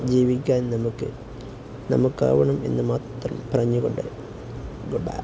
ജീവിക്കാൻ നമുക്കാവണമെന്ന് മാത്രം പറഞ്ഞുകൊണ്ട് ഗുഡ് ബൈ